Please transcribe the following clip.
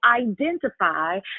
identify